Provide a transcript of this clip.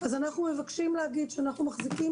אז אנחנו מבקשים להגיד שאנחנו מחזיקים